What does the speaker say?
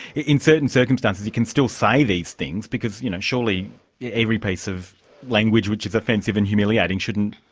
in certain circumstances you can still say these things. because, you know, surely every piece of language which is offensive and humiliating shouldn't,